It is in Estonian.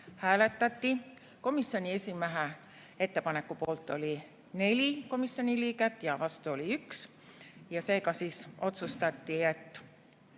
Hääletati. Komisjoni esimehe ettepaneku poolt oli 4 komisjoni liiget ja vastu oli 1. Seega siis otsustati, et